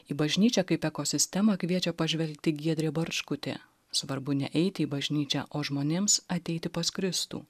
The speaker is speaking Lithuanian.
į bažnyčią kaip ekosistemą kviečia pažvelgti giedrė barčkutė svarbu ne eiti į bažnyčią o žmonėms ateiti pas kristų